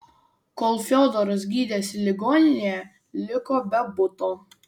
kol fiodoras gydėsi ligoninėje liko be buto